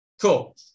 cool